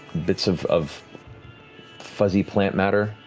bits of of fuzzy plant matter.